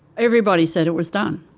everybody said it was done.